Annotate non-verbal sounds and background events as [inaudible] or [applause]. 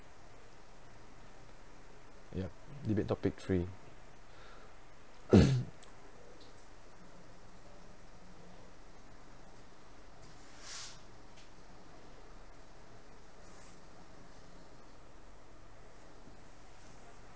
ya debate topic three [coughs]